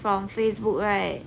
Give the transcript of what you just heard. from facebook right